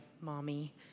mommy